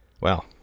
Well